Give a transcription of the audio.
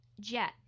jet